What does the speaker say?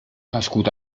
nascut